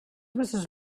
mrs